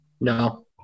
no